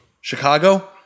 Chicago